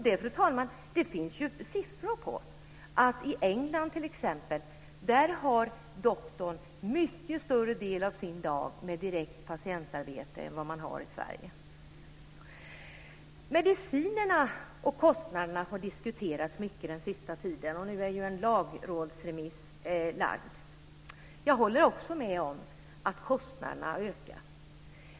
Det finns det ju siffror på, fru talman. I t.ex. England har doktorn direkt patientarbete under en mycket större del av sin dag än vad man har i Sverige. Mediciner och kostnader har diskuterats mycket den senaste tiden, och nu har man lagt en lagrådsremiss. Jag håller också med om att kostnaderna har ökat.